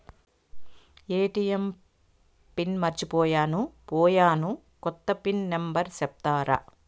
ATM pin మర్చిపోయాను పోయాను, కొత్త పిన్ నెంబర్ సెప్తారా?